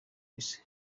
isi